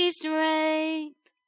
strength